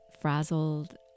frazzled